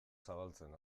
zabaltzen